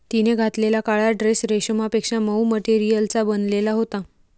तिने घातलेला काळा ड्रेस रेशमापेक्षा मऊ मटेरियलचा बनलेला होता